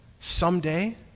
someday